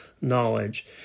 knowledge